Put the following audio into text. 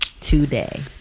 today